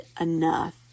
enough